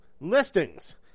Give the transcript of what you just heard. listings